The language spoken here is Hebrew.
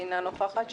אינה נוכחת.